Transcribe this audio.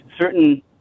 certain